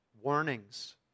warnings